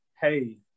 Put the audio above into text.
hey